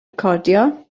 recordio